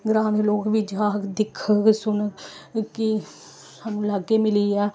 ग्रां दे लोक बी जाग दिखग सुनग कि सानूं लाग्गै मिली गेआ